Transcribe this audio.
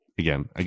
again